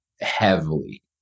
heavily